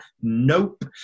nope